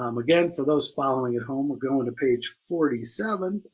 um again for those following at home we're going to page forty seven.